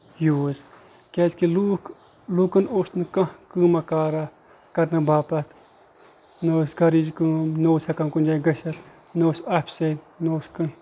use کیازِ کہِ لوٗکھ لوٗکن اوس نہٕ کانٛہہ کٲما کارہ کرنہٕ باپَتھ نہ ٲسۍ گرِچ کٲم نہ اوس ہٮ۪کان کُنہِ جایہِ گٔژھِتھ نہ اوس آفسے نہ اوس کٔہینۍ